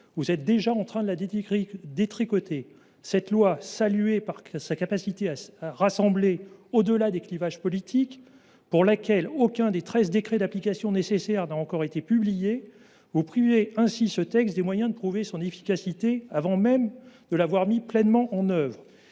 vous êtes déjà en train de la détricoter. Elle avait été saluée pour sa capacité à rassembler au delà des clivages politiques ; toutefois, aucun des treize décrets d’application nécessaires n’a encore été publié. Vous privez ainsi ce texte des moyens de prouver son efficacité avant même de l’avoir mis pleinement en œuvre.